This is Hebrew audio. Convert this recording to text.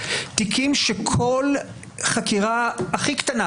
תיקים שכל חקירה הכי קטנה,